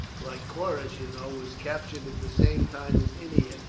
lycoris, you know, was captured at the same time as ennia,